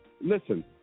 Listen